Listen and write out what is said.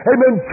Amen